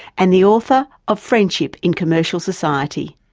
and the author of friendship in commercial society.